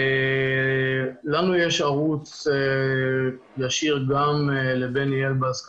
לנו יש ערוץ ישיר גם לבני אלבז,